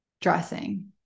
dressing